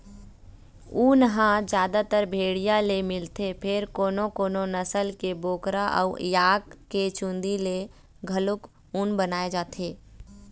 ऊन ह जादातर भेड़िया ले मिलथे फेर कोनो कोनो नसल के बोकरा अउ याक के चूंदी ले घलोक ऊन बनाए जाथे